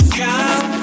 come